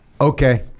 okay